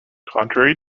contrary